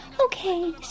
Okay